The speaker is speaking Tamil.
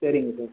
சரிங்க சார்